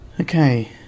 Okay